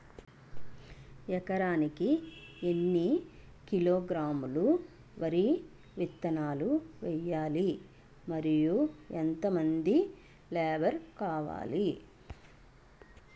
ఎకరానికి ఎన్ని కిలోగ్రాములు వరి విత్తనాలు వేయాలి? మరియు ఎంత మంది లేబర్ కావాలి?